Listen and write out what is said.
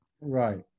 Right